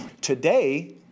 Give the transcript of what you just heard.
today